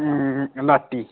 लाट्टी